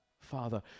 Father